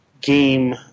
game